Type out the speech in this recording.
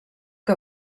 que